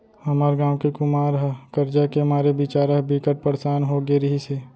हमर गांव के कुमार ह करजा के मारे बिचारा ह बिकट परसान हो गे रिहिस हे